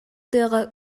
тыаҕа